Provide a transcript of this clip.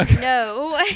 No